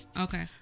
Okay